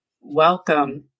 Welcome